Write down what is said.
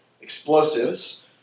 explosives